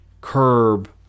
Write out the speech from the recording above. curb